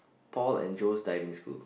Paul and Joe's Diving School